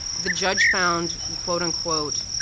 the judge found, quote unquote,